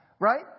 right